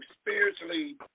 spiritually